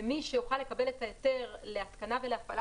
ומי שיוכל לקבל את ההיתר להתקנה ולהפעלה